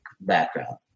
background